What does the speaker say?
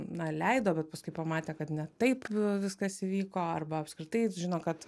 na leido bet paskui pamatė kad ne taip viskas įvyko arba apskritai žino kad